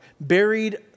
buried